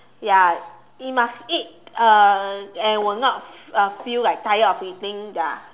ya it must eat uh and will not uh feel like tired of eating ya